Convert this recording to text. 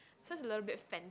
seems a little bit fat